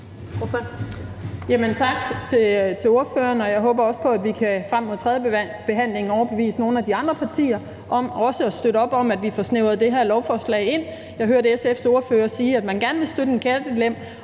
Tak til spørgeren. Og jeg håber også på, at vi frem mod tredjebehandlingen kan overbevise nogle af de andre partier om at støtte op om, at vi får snævret det her lovforslag ind. Jeg hørte SF's ordfører sige, at man gerne vil støtte en kattelem,